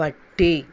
പട്ടി